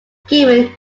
given